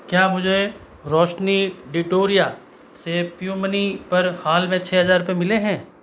क्या मुझे रोशनी डिटोरिया से प्यू मनी पर हाल में छः हज़ार रुपए मिले हैं